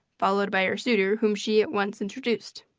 followed by her suitor whom she at once introduced.